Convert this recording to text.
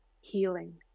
healing